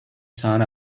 sun